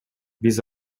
биз